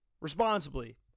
responsibly